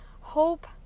hope